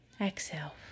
exhale